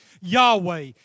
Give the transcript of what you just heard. Yahweh